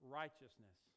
righteousness